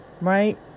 right